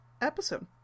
episode